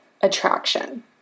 attraction